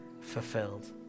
fulfilled